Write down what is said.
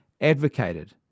advocated